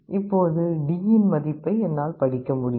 இப்போது D இன் மதிப்பை என்னால் படிக்க முடியும்